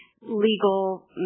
legal